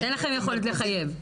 ואין לכם יכולת לחייב.